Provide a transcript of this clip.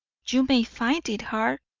you may find it hard,